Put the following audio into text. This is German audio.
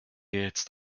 jetzt